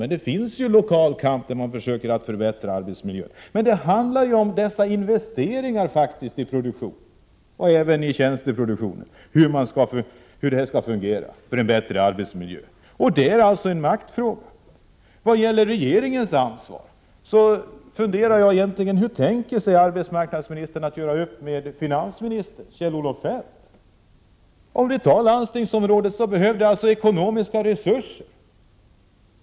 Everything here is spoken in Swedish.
Men det förs ju på en del ställen lokal kamp, och man försöker förbättra arbetsmiljön. Det handlar emellertid om dessa investeringar i produktionen — även i tjänsteproduktionen — för att det skall bli en bättre arbetsmiljö. Det rör sig om en maktfråga. Vad gäller regeringens ansvar funderar jag över hur arbetsmarknadsministern egentligen tänker sig att göra upp med finansminister Kjell-Olof Feldt. På landstingsområdet behövs ekonomiska resurser.